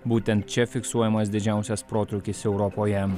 būtent čia fiksuojamas didžiausias protrūkis europoje